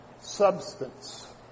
substance